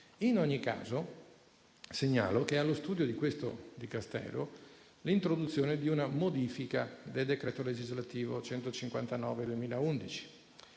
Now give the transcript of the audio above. In ogni caso, segnalo che è allo studio di questo Dicastero l'introduzione di una modifica del citato decreto legislativo n. 159 del 2011,